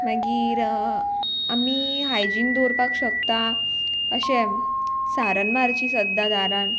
मागीर आमी हायजीन दवरपाक शकता अशें सारन मारची सद्दां दारान